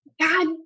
God